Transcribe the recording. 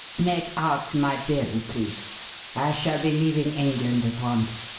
make out my bill, please i shall be leaving england at once,